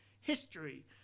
history